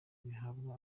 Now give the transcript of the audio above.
bihabwa